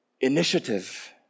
initiative